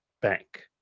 bank